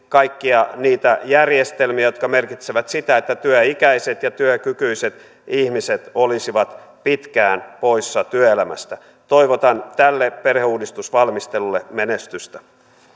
kaikkia niitä järjestelmiä jotka merkitsevät sitä että työikäiset ja työkykyiset ihmiset olisivat pitkään poissa työelämästä toivotan tälle perheuudistusvalmistelulle menestystä